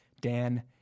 Dan